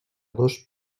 dos